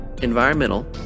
environmental